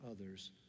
others